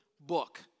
book